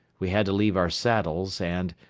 we had to leave our saddles and,